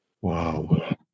Wow